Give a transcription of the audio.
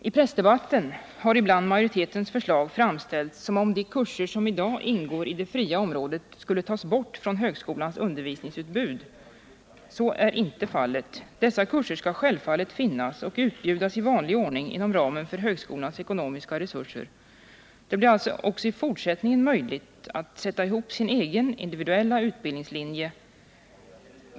I pressdebatten har ibland majoritetens förslag framställts som om de kurser som i dag ingår i det fria området skulle tas bort från högskolans undervisningsutbud. Så är inte fallet. Dessa kurser skall självfallet finnas och utbjudas i vanlig ordning inom ramen för högskolornas ekonomiska resurser. Det blir alltså även i fortsättningen möjligt för de studerande att sätta ihop sin egen individuella utbildningslinje.